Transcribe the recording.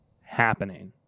happening